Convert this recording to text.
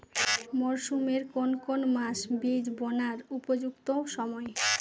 মরসুমের কোন কোন মাস বীজ বোনার উপযুক্ত সময়?